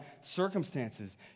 circumstances